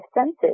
senses